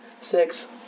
Six